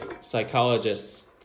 psychologists